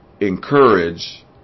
encourage